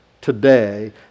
today